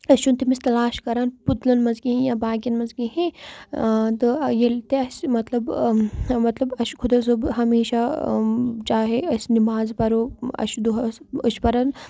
أسۍ چھُنہٕ تٔمِس تلاش کَران پُتلَن منٛز کِہیٖنۍ یا باقٕیَن منٛز کِہیٖنۍ تہٕ ییٚلہِ تہِ اَسہِ مطلب مطلب اَسہِ چھِ خۄدا صٲب ہمیشہ چاہے أسۍ نِماز پرو اَسہِ چھِ دۄہَس أسۍ چھِ پَران